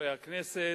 חברי הכנסת,